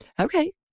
Okay